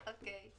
גיא,